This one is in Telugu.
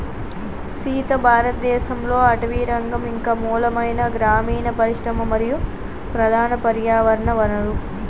సీత భారతదేసంలో అటవీరంగం ఇంక మూలమైన గ్రామీన పరిశ్రమ మరియు ప్రధాన పర్యావరణ వనరు